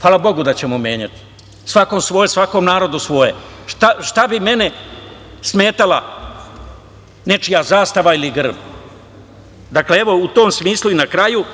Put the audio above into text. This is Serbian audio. hvala Bogu da ćemo menjati. Svakom narodu svoje. Šta bi meni smetala nečija zastava ili grb?Na kraju,